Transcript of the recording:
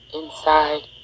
inside